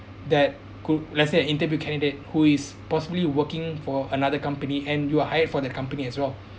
that could let's say an interview candidate who is possibly working for another company and you are hired for the company as well